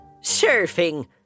Surfing